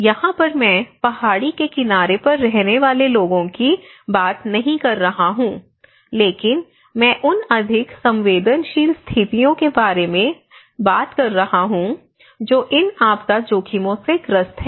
यहां पर मैं पहाड़ी के किनारे पर रहने वाले लोगों की बात नहीं कर रहा हूं लेकिन मैं उन अधिक संवेदनशील स्थितियों के बारे में बात कर रहा हूं जो इन आपदा जोखिमों से ग्रस्त हैं